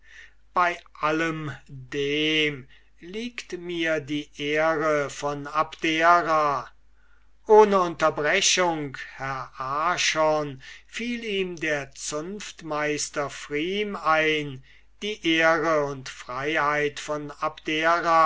bei allem dem liegt mir die ehre von abderaohne unterbrechung herr archon fiel ihm der zunftmeister pfrieme ein die ehre und freiheit von abdera